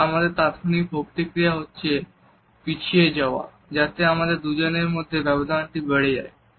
এবং আমাদের তাৎক্ষণিক প্রতিক্রিয়া হচ্ছে পিছিয়ে যাওয়া যাতে আমাদের দুজনের মধ্যে ব্যবধানটি বেড়ে যায়